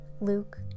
Luke